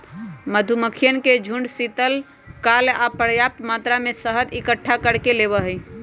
मधुमक्खियन के झुंड शीतकाल ला पर्याप्त मात्रा में शहद इकट्ठा कर लेबा हई